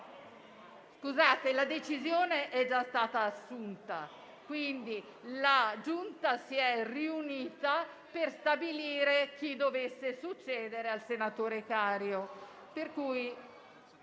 la decisione è stata già assunta. La Giunta si è riunita per stabilire chi dovesse succedere al senatore Cario.